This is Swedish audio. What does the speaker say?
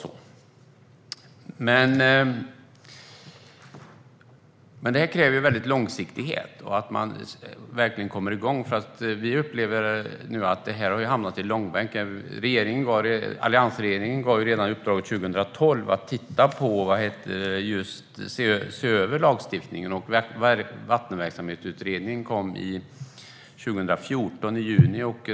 Men det här kräver långsiktighet och att man verkligen kommer igång. Vi upplever nu att detta har hamnat i långbänk. Alliansregeringen gav redan 2012 uppdraget att se över lagstiftningen. Vattenverksamhetsutredningen kom i juni 2014.